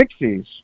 60s